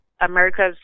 America's